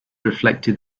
reflected